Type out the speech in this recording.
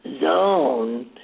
zone